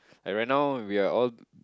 like right now we are all